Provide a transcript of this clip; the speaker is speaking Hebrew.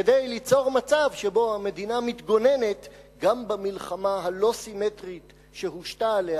כדי ליצור מצב שבו המדינה מתגוננת גם במלחמה הלא-סימטרית שהושתה עליה,